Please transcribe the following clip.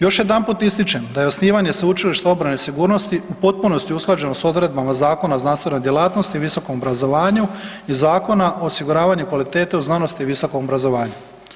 Još jedanput ističem da je osnivanje Sveučilišta obrane i sigurnosti u potpunosti usklađeno s odredbama Zakona o znanstvenoj djelatnosti i visokom obrazovanju i Zakona o osiguravanju kvalitete u znanosti i visokom obrazovanju.